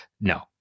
no